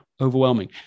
overwhelming